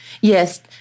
Yes